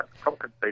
compensate